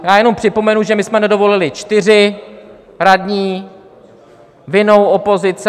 Já jenom připomenu, že my jsme nedovolili čtyři radní vinou opozice.